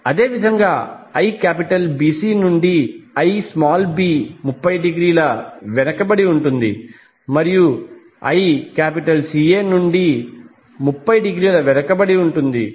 అదేవిధంగా IBC నుండి Ib 30 డిగ్రీల వెనుకబడి ఉంటుంది మరియు ICA నుండి 30 డిగ్రీల వెనుకబడి ఉంటుంది